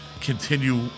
continue